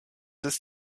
ist